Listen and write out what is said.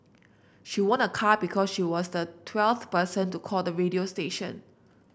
she won a car because she was the twelfth person to call the radio station